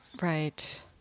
Right